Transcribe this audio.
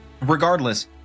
Regardless